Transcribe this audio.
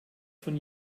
von